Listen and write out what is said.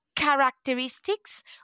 characteristics